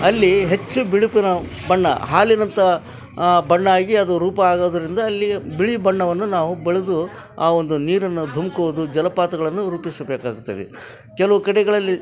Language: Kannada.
ಅಲ್ಲಿ ಹೆಚ್ಚು ಬಿಳುಪಿನ ಬಣ್ಣ ಹಾಲಿನಂಥ ಬಣ್ಣ ಆಗಿ ಅದು ರೂಪ ಆಗೋದರಿಂದ ಅಲ್ಲಿ ಬಿಳಿ ಬಣ್ಣವನ್ನು ನಾವು ಬಳಿದು ಆ ಒಂದು ನೀರನ್ನು ಧುಮುಕುವುದು ಜಲಪಾತಗಳನ್ನು ರೂಪಿಸಬೇಕಾಗುತ್ತದೆ ಕೆಲವು ಕಡೆಗಳಲ್ಲಿ